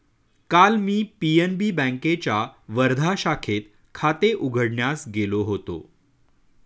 काल मी पी.एन.बी बँकेच्या वर्धा शाखेत खाते उघडण्यास गेलो होतो